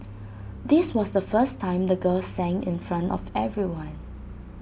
this was the first time the girl sang in front of everyone